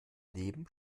leben